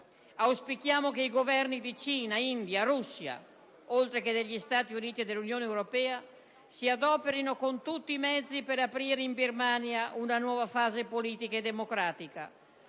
Auspichiamo che i Governi di Cina, India e Russia, oltre che degli Stati Uniti, e l'Unione europea si adoperino con tutti i mezzi per aprire in Birmania una nuova fase politica e democratica.